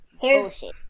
bullshit